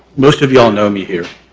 most of you all know me here,